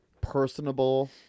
personable